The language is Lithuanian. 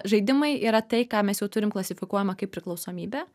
žaidimai yra tai ką mes jau turim klasifikuojama kaip priklausomybę